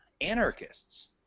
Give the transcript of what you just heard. anarchists